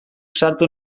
sartu